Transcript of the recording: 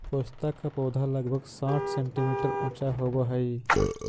पोस्ता का पौधा लगभग साठ सेंटीमीटर ऊंचा होवअ हई